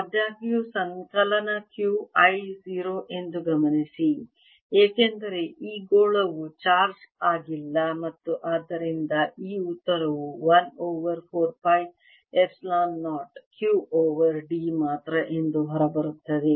ಆದಾಗ್ಯೂ ಸಂಕಲನ Q i 0 ಎಂದು ಗಮನಿಸಿ ಏಕೆಂದರೆ ಈ ಗೋಳವು ಚಾರ್ಜ್ ಆಗಿಲ್ಲ ಮತ್ತು ಆದ್ದರಿಂದ ಈ ಉತ್ತರವು 1 over 4 pi epsilon 0 Q over d ಮಾತ್ರ ಎಂದು ಹೊರಬರುತ್ತದೆ